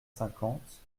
cinquante